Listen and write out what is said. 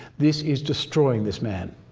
this is destroying this man,